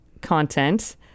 content